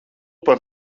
par